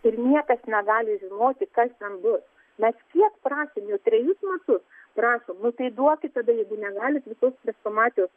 ir niekas negali žinoti kas ten bus mes kiek prašėm jau trejus metus prašom nu tai duokit tada jeigu negalit visos chrestomatijos